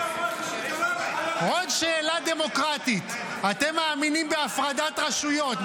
עוד שאלה דמוקרטית: אתם מאמינים בהפרדת רשויות,